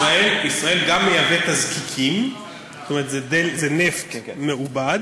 ישראל גם מייבאת תזקיקים, זאת אומרת זה נפט מעובד,